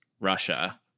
Russia